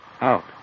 Out